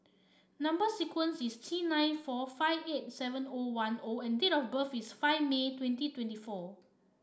number sequence is T nine four five eight seven O one O and date of birth is five May twenty twenty four